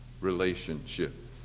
relationship